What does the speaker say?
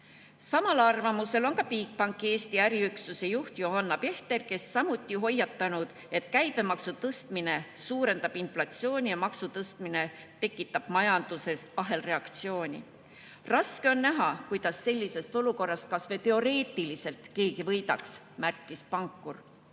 Samal arvamusel on ka Bigbanki Eesti äriüksuse juht Jonna Pechter, kes on samuti hoiatanud, et käibemaksu tõstmine suurendab inflatsiooni ja maksu tõstmine tekitab majanduses ahelreaktsiooni. "Raske on näha, kuidas sellisest olukorrast kas või teoreetiliselt keegi võidaks," märkis pankur. Uue